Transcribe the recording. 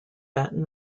baton